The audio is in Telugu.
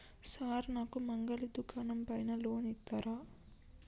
సార్ నాకు మంగలి దుకాణం పైన లోన్ ఇత్తరా?